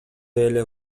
эле